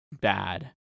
bad